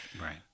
right